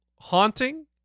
Haunting